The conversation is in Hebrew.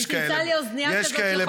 אם תמצא לי אוזנייה כזאת, יש כאלה בשוק.